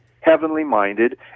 heavenly-minded